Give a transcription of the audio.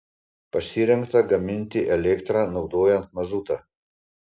pasirengta gaminti elektrą naudojant mazutą